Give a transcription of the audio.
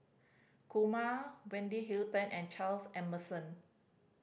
Kumar Wendy Hutton and Charles Emmerson